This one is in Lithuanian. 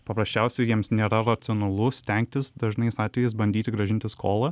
paprasčiausiai jiems nėra racionalu stengtis dažnais atvejais bandyti grąžinti skolą